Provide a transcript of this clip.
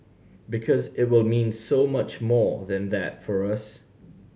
because it will mean so much more than that for us